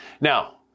Now